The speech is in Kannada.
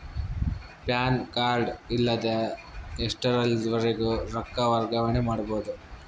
ಪ್ಯಾನ್ ಕಾರ್ಡ್ ಇಲ್ಲದ ಎಷ್ಟರವರೆಗೂ ರೊಕ್ಕ ವರ್ಗಾವಣೆ ಮಾಡಬಹುದು?